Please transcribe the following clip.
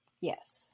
yes